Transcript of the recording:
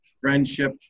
friendship